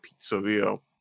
pizzeria